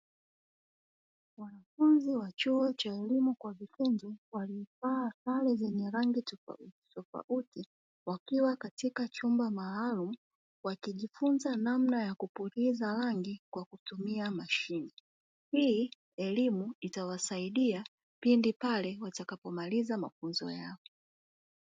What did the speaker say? Wanafunzi wa chuo cha elimu kwa vikundi walio vaa sare zenye rangi tofauti tofauti, wakiwa katika chumba maalumu wakijifunza namna ya kupuliza rangi kwa kutumia mashine. Hii elimu itawasaidia pindi pale watakapo maliza mafunzo hayo.